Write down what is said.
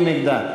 מי נגדה?